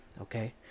okay